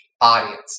audience